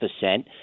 percent